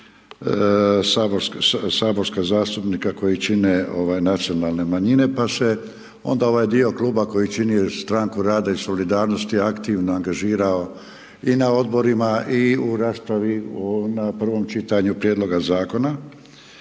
su i 4 saborska zastupnika koji čine nacionalne manjine, pa se onda ovaj dio Kluba koji čini stranku Rada i solidarnosti aktivno angažirao i na odborima i u raspravi na prvom čitanju prijedlogu zakona.